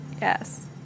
Yes